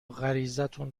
غریزتون